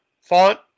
font